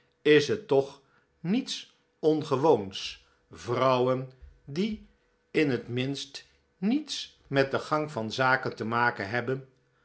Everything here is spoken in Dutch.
is het toch niets ongewoons vrouwen die in het minst niets met den gang van zaken te maken hebben